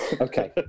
Okay